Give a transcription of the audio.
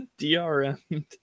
DRM